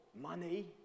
Money